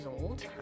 old